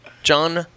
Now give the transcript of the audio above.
John